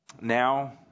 now